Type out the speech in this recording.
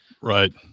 Right